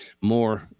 more